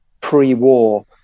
pre-war